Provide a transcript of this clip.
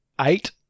Eight